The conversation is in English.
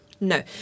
No